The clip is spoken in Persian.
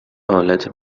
آلت